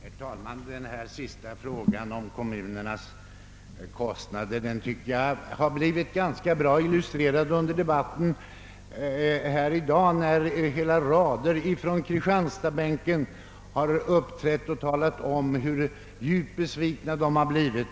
Herr talman! Den sista frågan om kommunernas kostnader anser jag ha blivit ganska bra illustrerad under debatten i dag när många från kristianstadsbänken har uppträtt och talat om hur djupt besvikna de har blivit.